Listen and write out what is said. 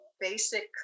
basic